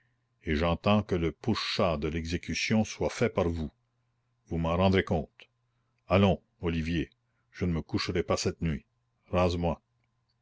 et j'entends que le pourchas de l'exécution soit fait par vous vous m'en rendrez compte allons olivier je ne me coucherai pas cette nuit